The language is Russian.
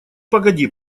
погоди